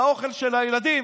את האוכל של הילדים,